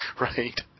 right